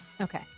okay